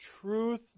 truth